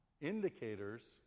indicators